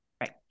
Right